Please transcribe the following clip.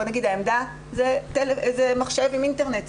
בוא נגיד שהעמדה זה מחשב עם אינטרנט,